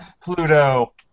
Pluto